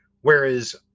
Whereas